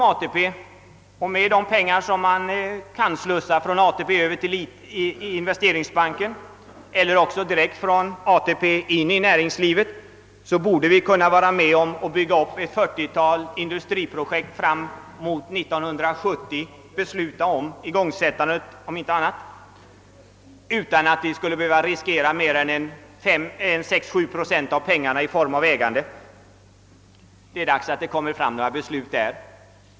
Genom de pengar man kan slussa från ATP-fonderna till investeringsbanken och genom de pengar man kan slussa direkt från dessa fonder till näringslivet borde vi kunna vara med om att bygga upp ett 40-tal projekt fram till 1970-talet eller i varje fall besluta om igångsättande av dessa projekt utan att vi behövde riskera mer än 6 å 7 procent av pengarna i form av ägande. Det är dags att komma fram till sådana beslut.